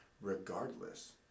regardless